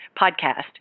Podcast